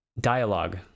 Dialogue